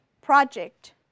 project